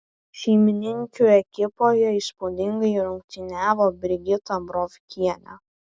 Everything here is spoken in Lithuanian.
šeimininkių ekipoje įspūdingai rungtyniavo brigita brovkienė